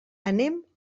anem